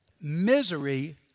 misery